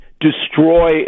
destroy